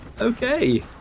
Okay